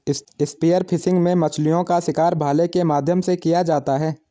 spear fishing में मछलीओं का शिकार भाले के माध्यम से किया जाता है